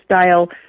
style